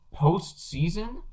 postseason